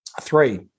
Three